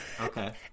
okay